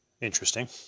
interesting